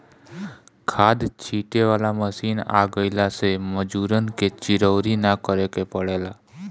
खाद छींटे वाला मशीन आ गइला से मजूरन के चिरौरी ना करे के पड़ेला